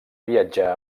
viatjar